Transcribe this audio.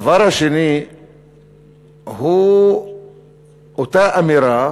הדבר השני הוא אותה אמירה